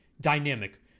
dynamic